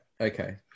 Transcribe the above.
okay